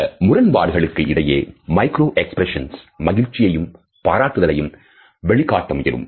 இந்த முரண்பாடுகளுக்கு இடையே மேக்ரோ எக்ஸ்பிரஷன்ஸ் மகிழ்ச்சியையும் பாராட்டுதலையும் வெளிக்காட்டும் முயலும்